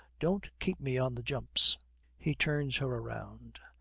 don't keep me on the jumps he turns her round.